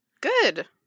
Good